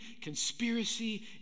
conspiracy